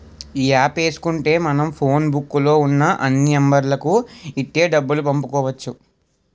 ఈ యాప్ ఏసుకుంటే మనం ఫోన్ బుక్కు లో ఉన్న అన్ని నెంబర్లకు ఇట్టే డబ్బులు పంపుకోవచ్చు